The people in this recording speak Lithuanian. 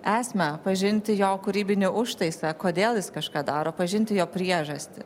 esmę pažinti jo kūrybinį užtaisą kodėl jis kažką daro pažinti jo priežastį